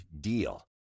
deal